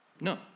No